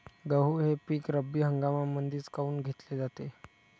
गहू हे पिक रब्बी हंगामामंदीच काऊन घेतले जाते?